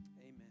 Amen